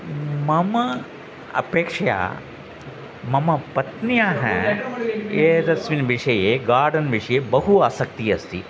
मम अपेक्षया मम पत्न्याः एतस्मिन् विषये गार्डन् विषये बहु आसक्तिः अस्ति